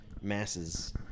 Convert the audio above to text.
masses